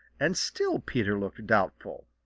and still peter looked doubtful.